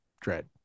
dread